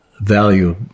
value